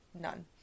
none